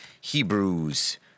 Hebrews